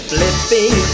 Flipping